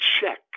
check